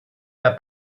der